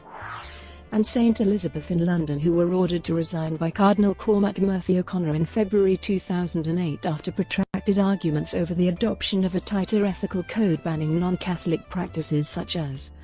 and st elizabeth in london who were ordered to resign by cardinal cormac murphy-o'connor in february two thousand and eight after protracted arguments over the adoption of a tighter ethical code banning non-catholic practices such as